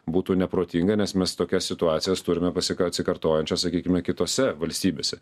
būtų neprotinga nes mes tokias situacijas turime pasika atsikartojančios sakykime kitose valstybėse